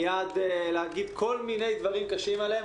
מיד להגיד כל מיני דברים קשים עליהם.